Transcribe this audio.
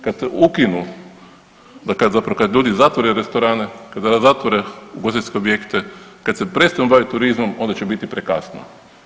Kad se ukinu, zapravo kad ljudi zatvore restorane, kada zatvore ugostiteljske objekte, kada se prestanu baviti turizmom onda će biti prekasno.